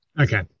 Okay